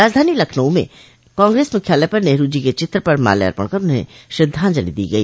राजधानी लखनऊ में कांग्रेस मुख्यालय पर नेहरू जी के चित्र पर माल्यार्पण कर उन्हें श्रद्वाजंलि दी गई